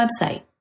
website